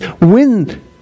wind